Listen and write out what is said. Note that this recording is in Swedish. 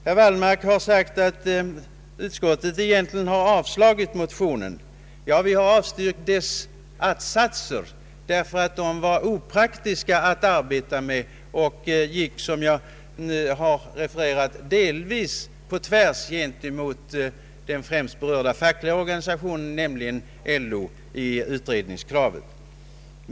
Herr Wallmark säger att utskottet egentligen har avvisat motionsyrkandet. Ja, vi har avstyrkt dess tre att-satser, därför att de var opraktiska att arbeta med och gick, som jag redan sagt, delvis tvärtemot den främsta berörda fackliga organisationen, nämligen LO, i utredningskravet.